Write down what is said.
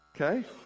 okay